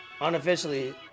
Unofficially